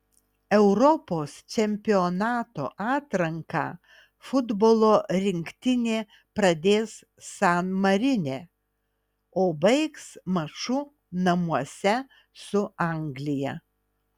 europos čempionato atranką futbolo rinktinė pradės san marine o baigs maču namuose su anglija